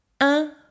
un